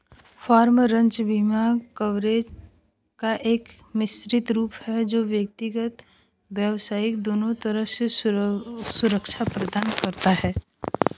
farm, ranch बीमा coverage का एक मिश्रित रूप है जो व्यक्तिगत, व्यावसायिक दोनों तरह से सुरक्षा प्रदान करता है